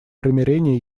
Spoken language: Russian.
примирения